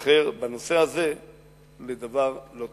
ייזכר בנושא הזה לדבר לא טוב.